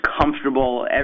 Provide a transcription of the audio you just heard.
comfortable